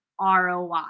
ROI